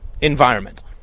environment